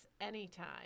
anytime